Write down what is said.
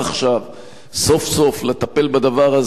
סוף-סוף לטפל בדבר הזה באופן מיידי,